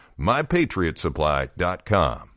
MyPatriotSupply.com